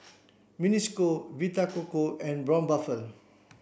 Mini School Vita Coco and Braun Buffel